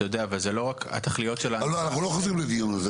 אבל אלה לא רק התכליות --- אנחנו לא חוזרים לדיון הזה.